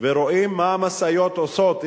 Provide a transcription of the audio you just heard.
ורואים מה המשאיות עושות,